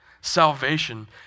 Salvation